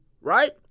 right